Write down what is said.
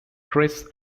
chris